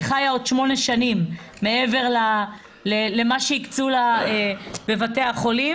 חיה עוד שמונה שנים מעבר למה שהקציבו לה בבית החולים